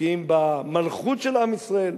בקיאים במלכות של עם ישראל,